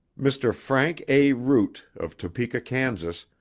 mr. frank a. root of topeka, kansas,